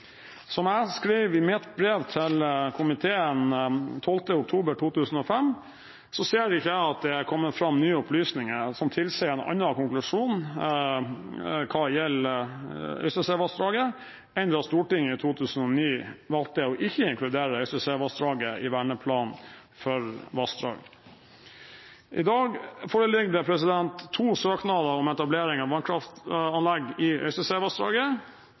komiteen 12. oktober 2015, ser ikke jeg at det er kommet fram nye opplysninger som tilsier en annen konklusjon hva gjelder Øystesevassdraget, enn da Stortinget i 2009 valgte ikke å inkludere Øystesevassdraget i Verneplan for vassdrag. I dag foreligger det to søknader om etablering av vannkraftanlegg i